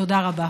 תודה רבה.